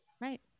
Right